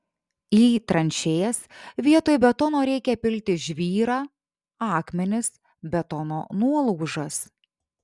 į tranšėjas vietoj betono reikia pilti žvyrą akmenis betono nuolaužas